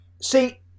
See